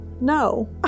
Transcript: no